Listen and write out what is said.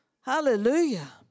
Hallelujah